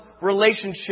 relationship